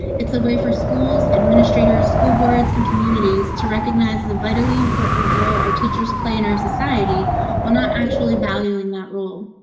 it's a way for schools, administrators, school boards, and communities to recognize the vitalie important role. our teachers play in, ah. society will not actually valuing that rule.